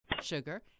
sugar